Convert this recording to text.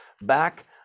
back